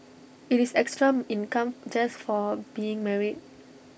IT is extra income just for being married